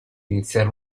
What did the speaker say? iniziare